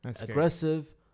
aggressive